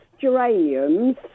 geraniums